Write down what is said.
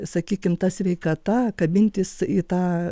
sakykime ta sveikata kabintis į tą